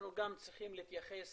אנחנו גם צריכים להתייחס